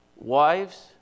wives